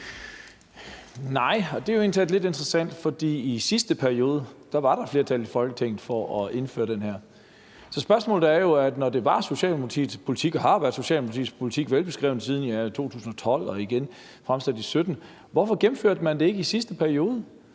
Nej, og det er jo egentlig talt lidt interessant, for i sidste periode var der flertal i Folketinget for at indføre den her. Så spørgsmålet er jo: Når det var Socialdemokratiets politik og har været Socialdemokratiets velbeskrevne politik siden 2012, igen fremsat som forslag i 2017, hvorfor gennemførte man det så ikke i sidste periode?